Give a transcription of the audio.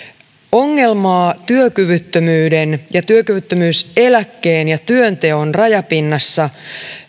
ongelmaa työkyvyttömyyden ja työkyvyttömyyseläkkeen ja työnteon rajapinnassa